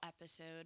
episode